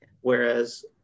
Whereas